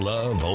Love